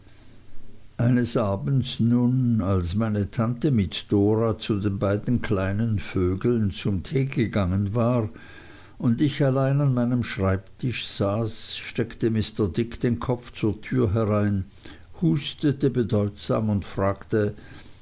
eines abends nun als meine tante mit dora zu den beiden kleinen vögeln zum tee gegangen war und ich allein an meinem schreibtisch saß steckte mr dick den kopf zur tür herein hustete bedeutsam und fragte